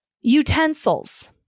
Utensils